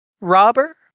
Robber